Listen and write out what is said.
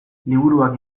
liburuak